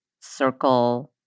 circle